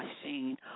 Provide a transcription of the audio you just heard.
machine